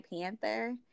Panther